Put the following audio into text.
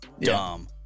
dumb